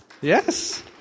Yes